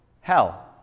hell